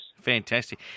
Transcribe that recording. Fantastic